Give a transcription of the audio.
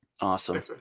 awesome